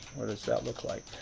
what does that look like?